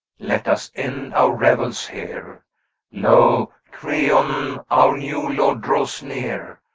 let us end our revels here lo! creon our new lord draws near,